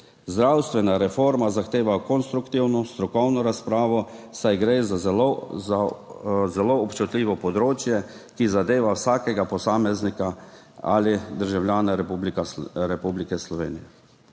Zdravstvena reforma zahteva konstruktivno strokovno razpravo, saj gre za zelo občutljivo področje, ki zadeva vsakega posameznika ali državljana Republike Slovenije.